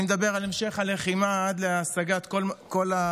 אני מדבר על המשך הלחימה עד להשגת כל מטרות